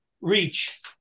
reach